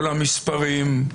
כל המספרים,